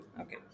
Okay